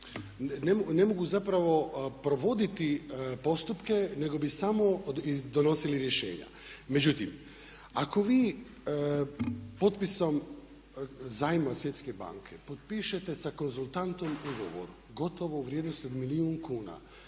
ne mogu zapravo provoditi postupke nego bi samo donosili rješenja. Međutim, ako vi potpisom zajma Svjetske banke potpišete sa konzultantom ugovor gotovo u vrijednosti od milijun kuna